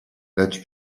lecz